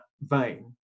vein